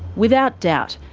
without doubt,